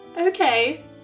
Okay